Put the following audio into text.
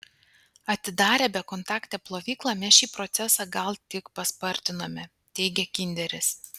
atidarę bekontaktę plovyklą mes šį procesą gal tik paspartinome teigia kinderis